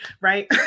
right